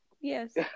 Yes